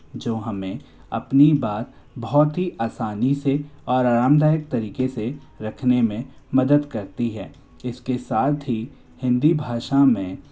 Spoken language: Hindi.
जो हमें अपनी बात बहुत ही आसानी से और आरामदायक तरीक़े से रखने में मदद करती है इसके साथ ही हिंदी भाषा में